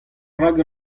rak